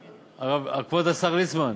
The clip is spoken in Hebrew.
כבוד השר ליצמן,